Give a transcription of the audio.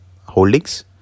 holdings